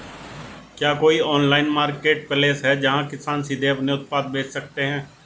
क्या कोई online marketplace है जहां किसान सीधे अपने उत्पाद बेच सकते हैं?